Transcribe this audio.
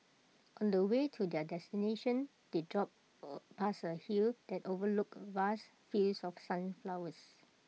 on the way to their destination they drove past A hill that overlooked vast fields of sunflowers